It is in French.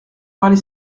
parler